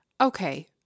Okay